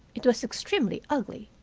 it was extremely ugly,